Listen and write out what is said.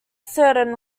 certain